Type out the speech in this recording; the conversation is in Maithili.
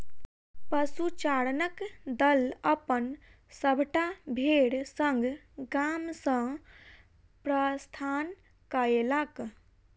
पशुचारणक दल अपन सभटा भेड़ संग गाम सॅ प्रस्थान कएलक